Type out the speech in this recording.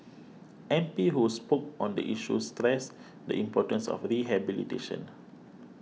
M P who spoke on the issue stressed the importance of rehabilitation